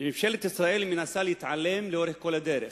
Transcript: שממשלת ישראל מנסה להתעלם לאורך כל הדרך